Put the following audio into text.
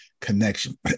connection